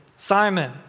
Simon